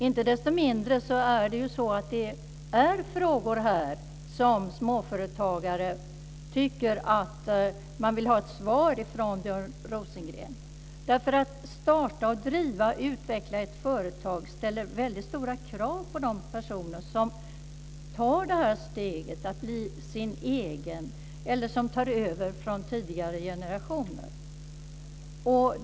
Inte desto mindre är det här frågor som småföretagare vill ha svar på från Björn Rosengren. Att starta, driva och utveckla ett företag ställer stora krav på de personer som tar steget att bli sin egen eller som tar över från tidigare generationer.